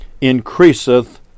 increaseth